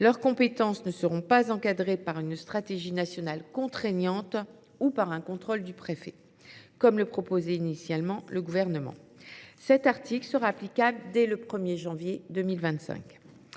Leurs compétences ne seront pas encadrées par une stratégie nationale contraignante ou par un contrôle du préfet, comme le proposait initialement le Gouvernement. Cet article sera applicable dès le 1janvier 2025.